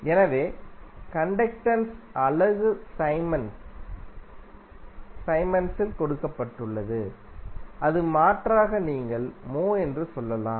எனவே கண்டக்டென்ஸ் அலகு சைமன்களில் கொடுக்கப்பட்டுள்ளது அல்லது மாற்றாக நீங்கள் mho என்று சொல்லலாம்